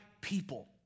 people